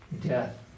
death